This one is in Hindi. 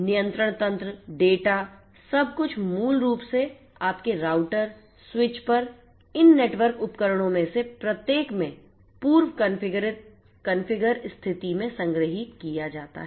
नियंत्रण तंत्र डेटा सब कुछ मूल रूप से आपके राउटर स्विच पर इन नेटवर्क उपकरणों में से प्रत्येक में पूर्व कॉन्फ़िगर स्थिति में संग्रहीत किया जाता है